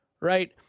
right